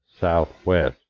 southwest